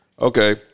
okay